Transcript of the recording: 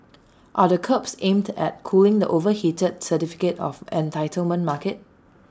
are the curbs aimed at cooling the overheated certificate of entitlement market